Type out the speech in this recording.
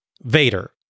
Vader